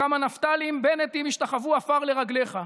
כמה נפתלים בנטים ישתחוו עפר לרגליך,